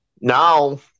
now